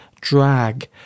drag